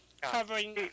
covering